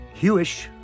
Hewish